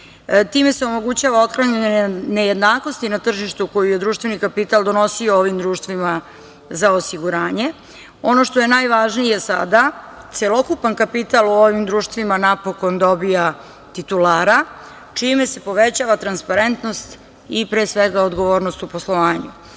Time se omogućava otklanjanje nejednakosti na tržištu koji je društveni kapital donosio ovim društvima za osiguranje. Ono što je najvažnije sada, celokupan kapital u ovim društvima napokon dobija titulara, čime se povećava transparentnost i pre svega i odgovornost u poslovanju. Zakonom